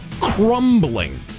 crumbling